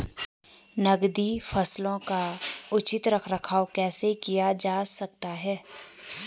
नकदी फसलों का उचित रख रखाव कैसे किया जा सकता है?